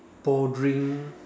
bothering